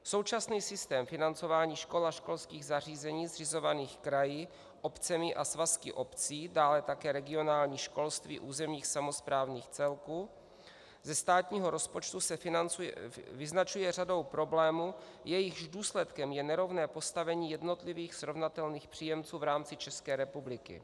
Současný systém financování škol a školských zařízení zřizovaných kraji, obcemi a svazky obcí, dále také regionální školství územních samosprávních celků, ze státního rozpočtu se vyznačuje řadou problémů, jejichž důsledkem je nerovné postavení jednotlivých srovnatelných příjemců v rámci České republiky.